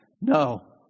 No